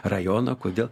rajoną kodėl